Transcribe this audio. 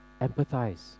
empathize